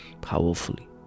Powerfully